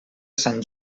sant